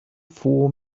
four